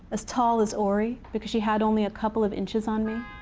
as tall as ori, because she had only a couple of inches on me.